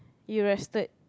you rested